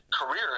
career